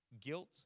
guilt